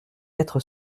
être